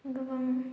गोबां